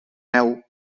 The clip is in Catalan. dinou